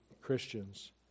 Christians